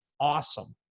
awesome